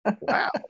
Wow